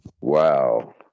Wow